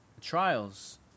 trials